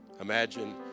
Imagine